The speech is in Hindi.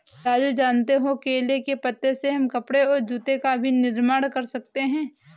राजू जानते हो केले के पत्ते से हम कपड़े और जूते का भी निर्माण कर सकते हैं